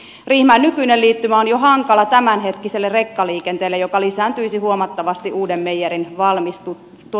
riihimäen nykyinen liittymä on jo hankala tämänhetkiselle rekkaliikenteelle joka lisääntyisi huomattavasti uuden meijerin valmistuessa